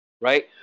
right